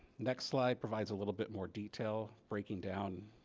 next slide provides a little bit more detail breaking down.